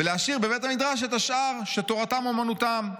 ולהשאיר בבית המדרש את השאר, ש'תורתם אומנותם'.